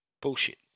Bullshit